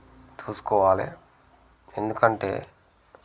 చూసుకోవాలి ఎందుకంటే